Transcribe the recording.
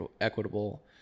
equitable